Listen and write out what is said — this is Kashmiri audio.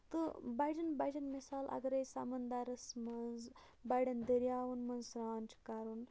تہٕ بَجیٚن بَجیٚن مِثال اَگرَے سَمنٛدرس منٛز بَڈیٚن دٔریاوَن منٛز سران چھُ کَرُن